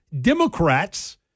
Democrats